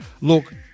look